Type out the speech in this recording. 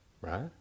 right